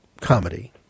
comedy